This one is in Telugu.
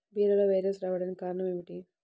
బీరలో వైరస్ రావడానికి కారణం ఏమిటి?